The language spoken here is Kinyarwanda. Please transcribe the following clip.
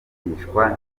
kwigishwa